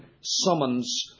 summons